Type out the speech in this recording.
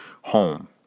home